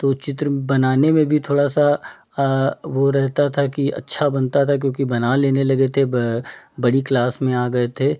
तो चित्र बनाने में भी थोड़ा सा वो रहता था कि अच्छा बनता था क्योंकि बना लेने लगे थे बड़ी क्लास में आ गए थे